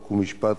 חוק ומשפט,